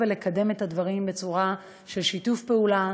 ולקדם את הדברים בצורה של שיתוף פעולה.